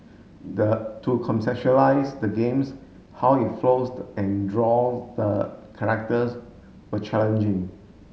the to conceptualise the games how it flows and draw the characters were challenging